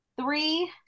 three